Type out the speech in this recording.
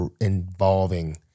involving